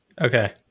Okay